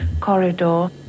corridor